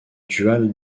dual